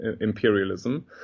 imperialism